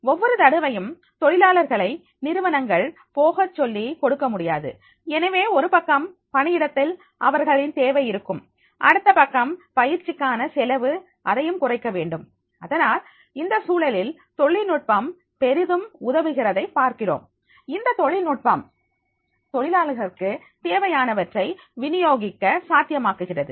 ஒவ்வொரு தடவையும் தொழிலாளர்களை நிறுவனங்கள் போகச் சொல்லிக் கொடுக்க முடியாது எனவே ஒரு பக்கம் பணியிடத்தில் அவர்களின் தேவை இருக்கும் அடுத்த பக்கம் பயிற்சிக்கான செலவு அதையும் குறைக்க வேண்டும் அதனால் அந்த சூழலில் தொழில்நுட்பம் பெரிதும் உதவுகிறதை பார்க்கிறோம் இந்த தொழில்நுட்பம் தொழிலாளர்களுக்கு தேவையானவற்றை வினியோகிக்க சாத்தியமாக்குகிறது